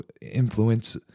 influence